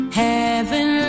heaven